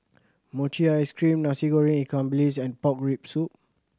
mochi ice cream Nasi Goreng ikan bilis and pork rib soup